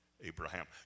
Abraham